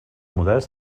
models